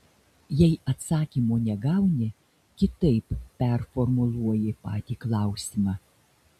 jei atsakymo negauni kitaip performuluoji patį klausimą